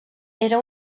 era